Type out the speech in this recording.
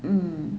mm